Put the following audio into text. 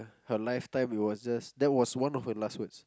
her lifetime it was just that was one her last words